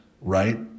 right